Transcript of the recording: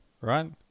right